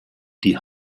die